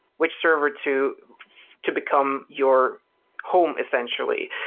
which server to to become your home essentially.